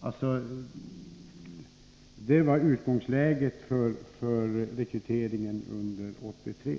Detta var alltså utgångsläget för rekryteringen under 1983.